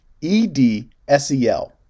E-D-S-E-L